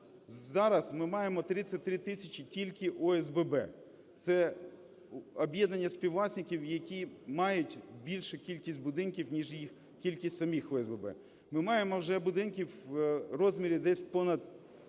зараз ми маємо 33 тисячі тільки ОСББ. Це об'єднання співвласників, які мають більшу кількість будинків, ніж їх кількість самих, ОСББ. Ми маємо вже будинків в розмірі десь понад